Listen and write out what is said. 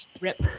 Rip